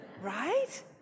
right